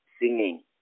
singing